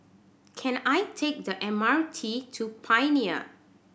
can I take the M R T to Pioneer